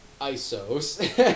ISOs